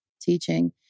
teaching